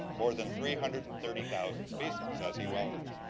more than three hundred and thirty thousand species, as he well know.